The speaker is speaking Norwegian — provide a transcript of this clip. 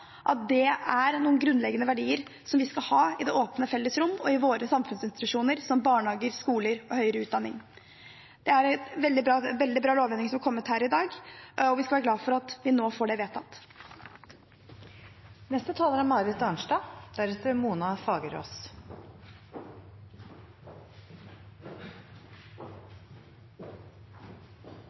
at det er noen grunnleggende verdier som vi skal ha i det åpne, felles rom og i våre samfunnsinstitusjoner, som barnehager, skoler og høyere utdanning. Det er en veldig bra lovendring som kommer her i dag, og vi skal være glad for at vi nå får dette vedtatt. Det er